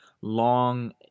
long